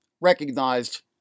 recognized